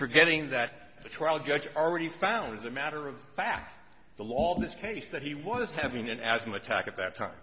forgetting that the trial judge already found as a matter of fact the law in this case that he was having an asthma attack at that time